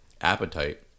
appetite